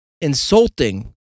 insulting